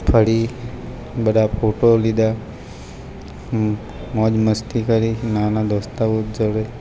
ફરી બધા ફોટો લીધા મોજ મસ્તી કરી નાના દોસ્તારો જોડે